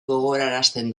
gogorarazten